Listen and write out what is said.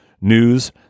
news